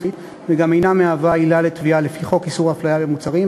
וגם אינה מהווה עילה לתביעה לפי חוק איסור הפליה במוצרים,